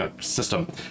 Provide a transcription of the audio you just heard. system